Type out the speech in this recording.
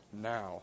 now